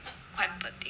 quite poor thing